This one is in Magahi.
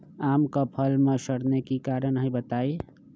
आम क फल म सरने कि कारण हई बताई?